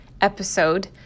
episode